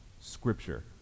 Scripture